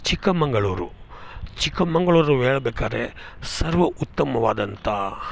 ಚಿಕ್ಕಮಗಳೂರು ಚಿಕ್ಕಮಗ್ಳೂರು ಹೇಳ್ಬೇಕಾರೆ ಸರ್ವ ಉತ್ತಮವಾದಂಥ